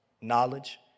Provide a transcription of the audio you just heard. knowledge